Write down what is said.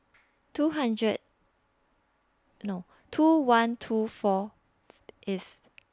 two hundred No two one two four If